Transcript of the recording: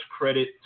credit